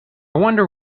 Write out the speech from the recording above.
wonder